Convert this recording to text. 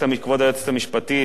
כבוד היועצת המשפטית,